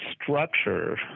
structure